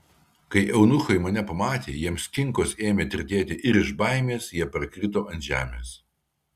kai eunuchai mane pamatė jiems kinkos ėmė tirtėti ir iš baimės jie parkrito ant žemės